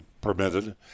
permitted